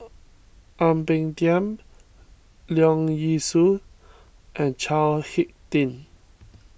Ang Peng Tiam Leong Yee Soo and Chao Hick Tin